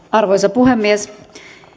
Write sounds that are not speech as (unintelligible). (unintelligible) arvoisa puhemies